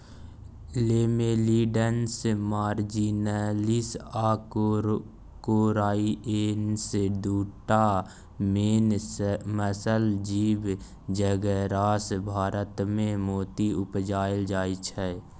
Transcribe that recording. Lamellidens marginalis आ corrianus दु टा मेन मसल जीब जकरासँ भारतमे मोती उपजाएल जाइ छै